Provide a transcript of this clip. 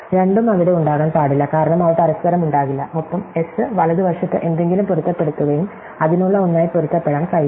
രണ്ടും അവിടെ ഉണ്ടാകാൻ പാടില്ല കാരണം അവ പരസ്പരം ഉണ്ടാകില്ല ഒപ്പം എസ് വലതുവശത്ത് എന്തെങ്കിലും പൊരുത്തപ്പെടുത്തുകയും അതിനുള്ള ഒന്നായി പൊരുത്തപ്പെടാൻ കഴിയില്ല